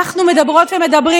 מי